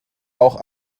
auch